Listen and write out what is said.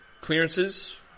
clearances